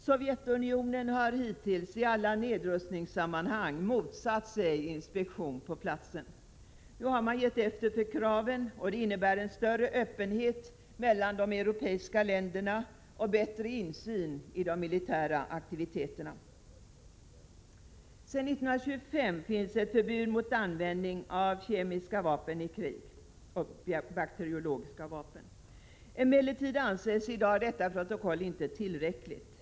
Sovjetunionen har hittills i alla nedrustningssammanhang motsatt sig inspektion på platsen. Nu har man gett efter för kraven, och det innebär en större öppenhet mellan de europeiska länderna och bättre insyn i de militära aktiviteterna. Sedan 1925 finns ett förbud mot användning av kemiska och bakteriologiska vapen i krig. Emellertid anses i dag det ifrågavarande protokollet inte tillräckligt.